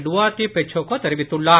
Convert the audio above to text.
Duarte Pacheco தெரிவித்துள்ளார்